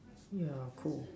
yeah cool